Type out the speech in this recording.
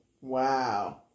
Wow